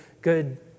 good